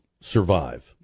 survive